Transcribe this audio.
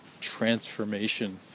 transformation